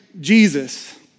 Jesus